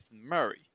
Murray